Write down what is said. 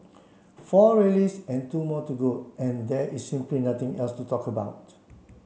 four rallies and two more to go and there is simply nothing else to talk about